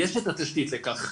יש את התשתית לכך,